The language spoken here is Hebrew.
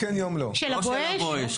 לא של ה"בואש".